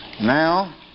Now